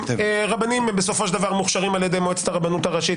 רבנים הם בסופו של דבר מוכשרים על ידי מועצת הרבנות הראשית,